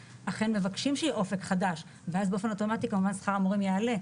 מבקשים שיהיה אופק חדש ואז באופן אוטומטי שכר המורים יעלה,